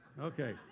okay